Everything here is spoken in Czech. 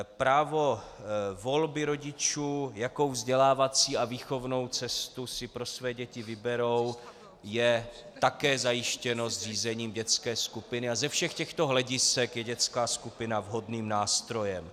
Právo volby rodičů, jakou vzdělávací a výchovnou cestu si pro své děti vyberou, je také zajištěno zřízením dětské skupiny a ze všech těchto hledisek je dětská skupina vhodným nástrojem.